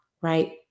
right